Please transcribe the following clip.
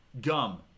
Gum